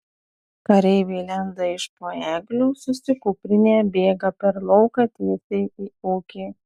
kareiviai lenda iš po eglių susikūprinę bėga per lauką tiesiai į ūkį